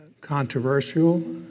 controversial